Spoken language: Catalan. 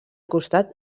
costat